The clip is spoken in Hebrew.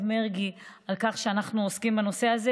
מרגי על כך שאנחנו עוסקים בנושא הזה,